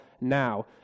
now